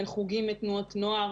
אין חוגים אין תנועות נוער.